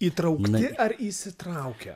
įtraukti ar įsitraukę